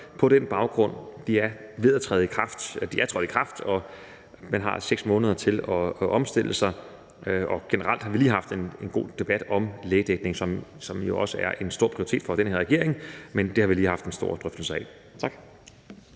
på den baggrund, og de er trådt i kraft, og man har 6 måneder til at omstille sig. Og generelt har vi lige haft en god debat om lægedækningen, som jo også er en stor prioritet for den her regering. Men det har vi lige haft en stor drøftelse af. Tak.